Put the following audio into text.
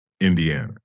Indiana